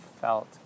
felt